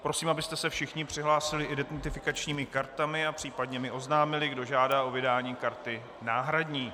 Prosím, abyste se všichni přihlásili identifikačními kartami a případně mi oznámili, kdo žádá o vydání karty náhradní.